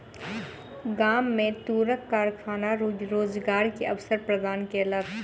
गाम में तूरक कारखाना रोजगार के अवसर प्रदान केलक